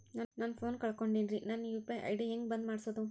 ನನ್ನ ಫೋನ್ ಕಳಕೊಂಡೆನ್ರೇ ನನ್ ಯು.ಪಿ.ಐ ಐ.ಡಿ ಹೆಂಗ್ ಬಂದ್ ಮಾಡ್ಸೋದು?